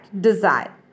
desire